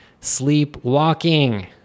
Sleepwalking